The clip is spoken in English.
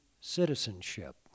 citizenship